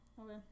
Okay